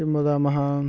किं वदामः